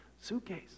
suitcase